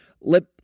Let